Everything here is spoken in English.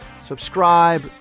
Subscribe